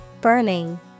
Burning